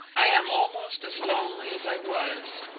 i am almost as lonely as i was,